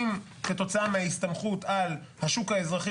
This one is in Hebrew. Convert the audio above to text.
אם כתוצאה מההסתמכות על השוק האזרחי